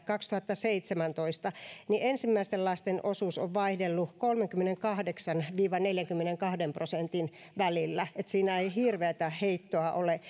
kaksituhattaseitsemäntoista niin ensimmäisten lasten osuus on vaihdellut kolmenkymmenenkahdeksan viiva neljänkymmenenkahden prosentin välillä että siinä ei hirveätä heittoa ole